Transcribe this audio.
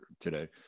today